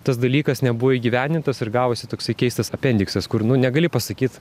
tas dalykas nebuvo įgyvendintas ir gavosi toksai keistas apendiksas kur nu negali pasakyt